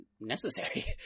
necessary